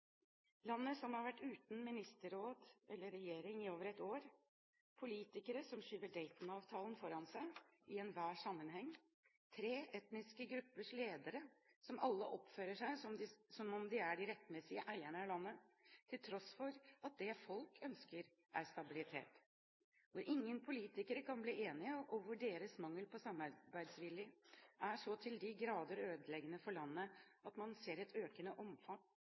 har vært uten ministerråd eller regjering i over ett år. Landet har politikere som skyver Dayton-avtalen foran seg i enhver sammenheng. Det har tre etniske gruppers ledere som alle oppfører seg som om de er de rettmessige eierne av landet, til tross for at det folk ønsker, er stabilitet. Det er et land hvor ingen politikere kan bli enige, og hvor deres mangel på samarbeidsvilje er så til de grader ødeleggende for landet at man ser et økende omfang